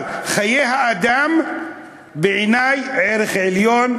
אבל חיי האדם בעיני הם ערך עליון,